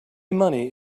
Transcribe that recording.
money